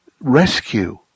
rescue